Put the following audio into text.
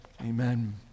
Amen